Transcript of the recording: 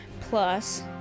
plus